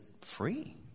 free